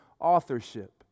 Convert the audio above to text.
authorship